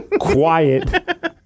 quiet